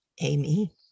Amy